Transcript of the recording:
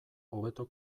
hobeto